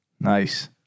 Nice